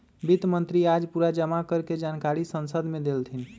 वित्त मंत्री आज पूरा जमा कर के जानकारी संसद मे देलथिन